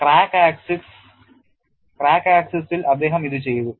crack ആക്സിസിൽ അദ്ദേഹം ഇത് ചെയ്തു